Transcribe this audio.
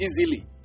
easily